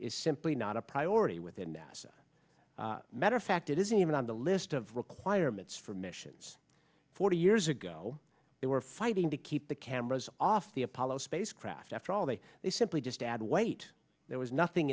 is simply not a priority within nasa matter of fact it isn't even on the list of requirements for missions forty years ago they were fighting to keep the cameras off the apollo spacecraft after all they they simply just add weight there was nothing